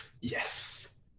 Yes